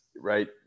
right